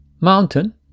mountain